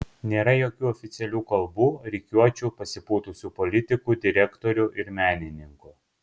nėra jokių oficialių kalbų rikiuočių pasipūtusių politikų direktorių ir menininkų